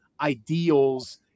ideals